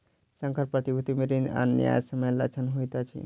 संकर प्रतिभूति मे ऋण आ न्यायसम्य लक्षण होइत अछि